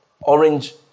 orange